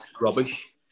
rubbish